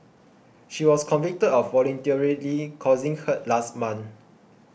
she was convicted of voluntarily causing hurt last month